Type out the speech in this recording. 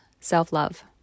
self-love